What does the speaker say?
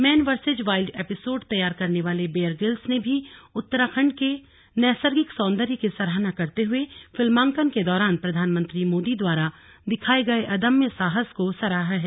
man versus wild episode तैयार करने वाले बेयर ग्रिल्स ने भी उत्तराखण्ड के नैसर्गिक सौन्दर्य की सराहना करते हुए फिल्मांकन के दौरान प्रधानमंत्री मोदी द्वारा दिखाये गये अदम्य साहस को सराहा है